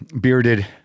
bearded